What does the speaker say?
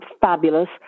fabulous